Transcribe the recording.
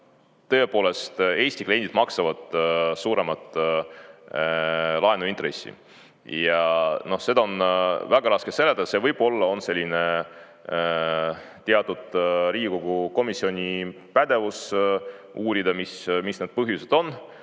tõepoolest Eesti kliendid maksavad suuremat laenuintressi. Seda on väga raske seletada. Võib-olla on selline teatud Riigikogu komisjoni pädevus uurida, mis need põhjused on.